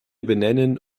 benennen